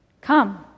Come